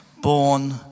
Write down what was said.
born